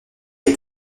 est